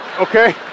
okay